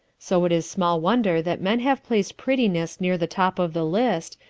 so it is small wonder that men have placed prettiness near the top of the list,